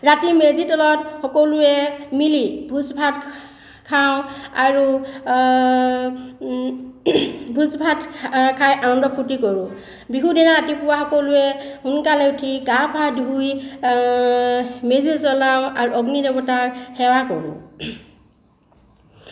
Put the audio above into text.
ৰাতিপুৱা মেজিৰ তলত সকলোৱে মিলি ভোজ ভাত খাওঁ আৰু ভোজ ভাত খাই আনন্দ ফুৰ্তি কৰোঁ বিহুৰ দিনা ৰাতিপুৱা সকলোৱে সোনকালে উঠি গা পা ধুই মেজি জ্বলাওঁ আৰু অগ্নি দেৱতাক সেৱা কৰোঁ